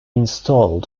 installed